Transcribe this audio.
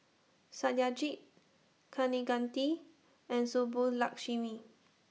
Satyajit Kaneganti and Subbulakshmi